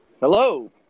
Hello